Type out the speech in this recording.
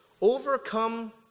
Overcome